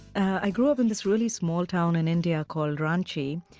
i grew up in this really small town in india called ranchi,